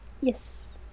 Yes